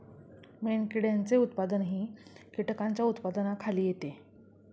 मेणकिड्यांचे उत्पादनही कीटकांच्या उत्पादनाखाली येते